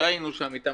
שהיינו שם איתם,